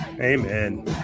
Amen